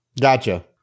Gotcha